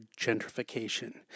gentrification